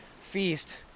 feast